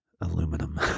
Aluminum